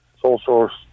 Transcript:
Sole-source